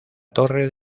torre